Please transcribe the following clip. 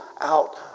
out